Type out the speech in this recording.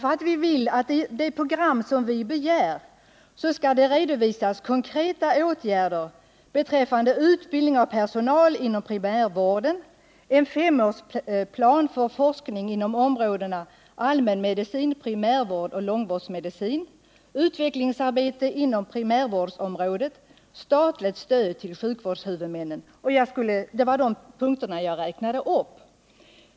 I det åtgärdsprogram som vi begär skall man bl.a. redovisa konkreta åtgärder beträffande utbildning av personal inom | primärvården, en femårsplan för forskning inom områdena allmänmedicin, primärvård och långvårdsmedicin, utvecklingsarbete inom primär 193 vårdsområdet, statligt stöd till sjukvårdshuvudmännen. Det var de punkter jag räknade upp.